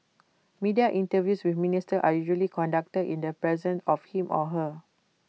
media interviews with ministers are usually conducted in the presence of him or her